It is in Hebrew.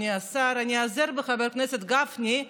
אני איעזר בחבר הכנסת גפני,